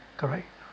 correct